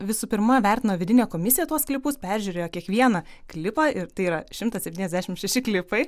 visų pirma vertino vidinė komisija tuos klipus peržiūrėjo kiekvieną klipą ir tai yra šimtas septyniasdešim šeši klipai